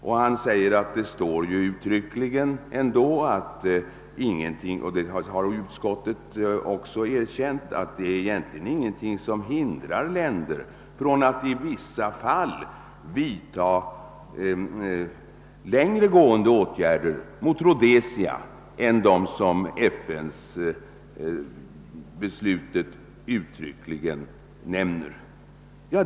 Vidare sade han att det egentligen inte finns någonting som hindrar länder att i vissa fall vidtaga längre gående åtgärder mot Rhodesia än dem som FN-beslutet uttryckligen nämner, vilket också framhållits av utskottet.